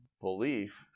belief